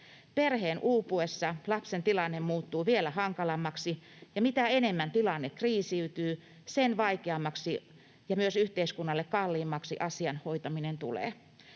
Perheen uupuessa lapsen tilanne muuttuu vielä hankalammaksi, ja mitä enemmän tilanne kriisiytyy, sen vaikeammaksi ja myös yhteiskunnalle kalliimmaksi asian hoitaminen tulee.